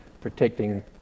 protecting